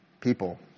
people